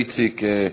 איציק,